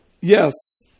Yes